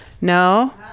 No